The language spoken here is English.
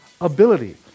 ability